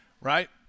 Right